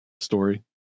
story